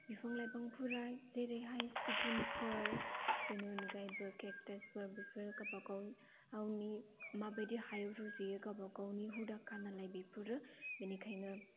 बिफां लाइफांफोरा जेरैहाय सिगुनफोर बेनि अनगायैबो केकटासफोर बेफोर गावबा गावनि माबायदि हायाव रज'यो गावबा गावनि हुदाखा नालाय बेफोरो बेनिखायनो